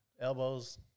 elbows